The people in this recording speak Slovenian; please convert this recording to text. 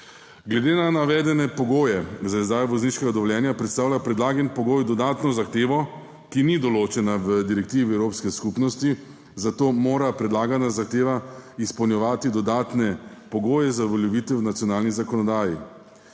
Glede na navedene pogoje za izdajo vozniškega dovoljenja predstavlja predlagan pogoj dodatno zahtevo, ki ni določena v direktivi evropske skupnosti, zato mora predlagana zahteva izpolnjevati dodatne pogoje za uveljavitev v nacionalni zakonodaji.